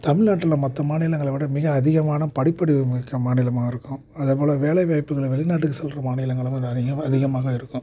தமிழ்நாட்டுல மற்ற மாநிலங்களை விட மிக அதிகமான படிப்பறிவுமிக்க மாநிலமாக இருக்கும் அதபோல் வேலை வாய்ப்புகளை வெளிநாட்டுக்கு செல்கிற மாநிலங்களும் கொஞ்சம் அதிகம் அதிகமாக இருக்கும்